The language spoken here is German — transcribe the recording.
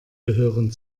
gehören